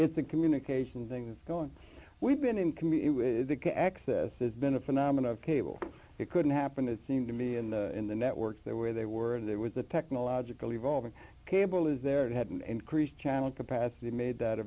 it's a communications thing going we've been in can be the access it's been a phenomena of cable it couldn't happen it seemed to be in the in the networks there where they were and there was a technological evolving cable is there had an increased channel capacity made that a